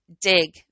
dig